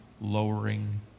lowering